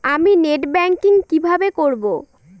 আমি net banking কিভাবে করব?